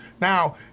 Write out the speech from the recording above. Now